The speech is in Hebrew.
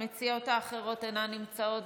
המציעות האחרות אינן נמצאות,